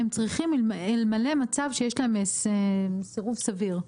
אלמלא מצב שיש להם סירוב סביר.